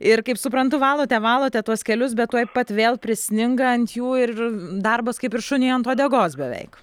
ir kaip suprantu valote valote tuos kelius bet tuoj pat vėl prisninga ant jų ir darbas kaip ir šuniui ant uodegos beveik